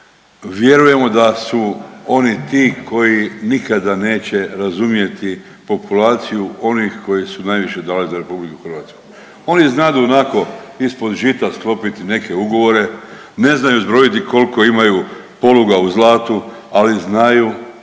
Vjerujemo da su oni ti koji nikada neće razumjeti populaciju onih koji su najviše dali za Republiku Hrvatsku. Oni znadu onako ispod žita sklopiti neke ugovore, ne znaju zbrojiti koliko imaju poluga u zlatu, ali znaju